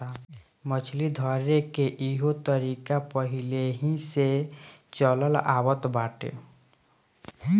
मछली धरेके के इहो तरीका पहिलेही से चलल आवत बाटे